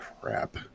crap